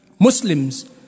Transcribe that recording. Muslims